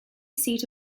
seat